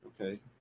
Okay